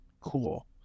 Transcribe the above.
Cool